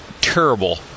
Terrible